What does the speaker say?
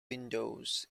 windows